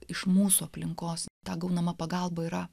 iš mūsų aplinkos tą gaunama pagalba yra